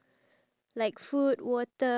ya